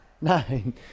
nine